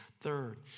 Third